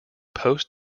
post